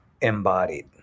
embodied